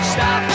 Stop